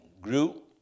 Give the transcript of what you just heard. grew